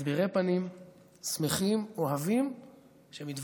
מסבירי פנים, שמחים, אוהבים שמתווכחים,